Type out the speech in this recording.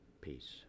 peace